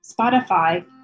Spotify